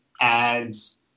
ads